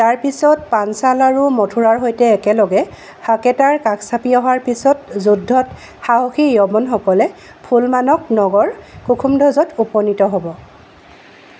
তাৰ পিছত পাঞ্চাল আৰু মথুৰাৰ সৈতে একেলগে সাকেতাৰ কাষ চাপি অহাৰ পিছত যুদ্ধত সাহসী য়ৱনসকলে ফুলমানক নগৰ কুসুমধ্বজত উপনীত হ'ব